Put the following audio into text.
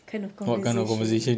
kind of conversation